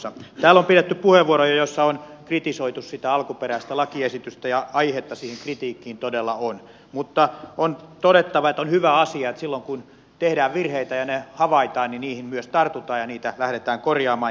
täällä on käytetty puheenvuoroja joissa on kritisoitu sitä alkuperäistä lakiesitystä ja aihetta siihen kritiikkiin todella on mutta on todettava että on hyvä asia että silloin kun tehdään virheitä ja ne havaitaan niihin myös tartutaan ja niitä lähdetään korjaamaan